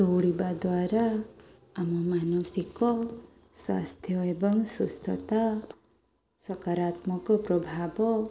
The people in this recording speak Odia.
ଦୌଡ଼ିବା ଦ୍ୱାରା ଆମ ମାନସିକ ସ୍ୱାସ୍ଥ୍ୟ ଏବଂ ସୁସ୍ଥତା ସକାରାତ୍ମକ ପ୍ରଭାବ